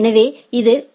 எனவே இது ஒ